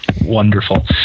wonderful